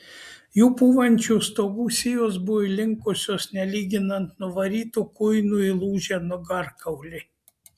jų pūvančių stogų sijos buvo įlinkusios nelyginant nuvarytų kuinų įlūžę nugarkauliai